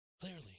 Clearly